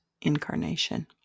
incarnation